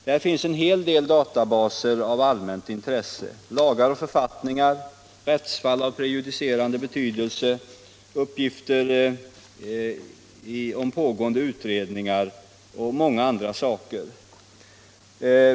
Där finns en hel del databaser av allmänt intresse: lagar och författningar, rättsfall av prejudicerande betydelse, uppgifter om pågående utredningar och många andra saker.